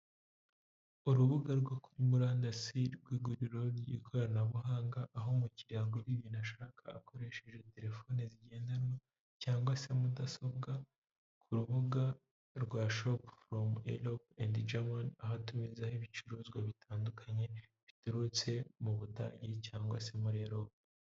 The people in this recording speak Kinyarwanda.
Urubuga rwo kuri murandasi ''Iguriro ry'ikoranabuhanga", aho umukiriya ibintu ashaka akoresheje telefoni zigendanwa cyangwa se mudasobwa ku rubuga rwa Shop from Europ and Germany, aho atumiza ibicuruzwa bitandukanye biturutse mu Budage cyangwa se muri Europ.